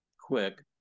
quick